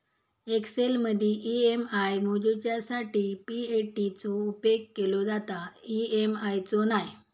एक्सेलमदी ई.एम.आय मोजूच्यासाठी पी.ए.टी चो उपेग केलो जाता, ई.एम.आय चो नाय